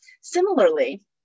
Similarly